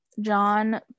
john